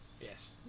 Yes